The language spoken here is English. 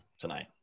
tonight